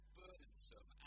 burdensome